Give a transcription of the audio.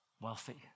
wealthy